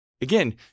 Again